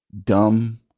dumb